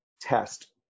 test